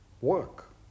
work